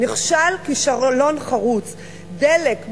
נכשל כישלון חרוץ: דלק,